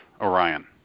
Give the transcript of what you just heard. Orion